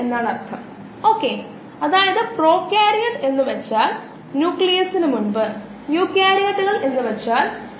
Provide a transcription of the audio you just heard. compartmental അല്ലെങ്കിൽ structured മോഡലുകളുടെ ചില ഉദാഹരണങ്ങൾ കംപാർട്ട്മെന്റൽ മോഡലുകൾ മെറ്റബോളിക് മോഡലുകൾ സൈബർനെറ്റിക് മോഡലുകൾ തുടങ്ങിയവയാണ്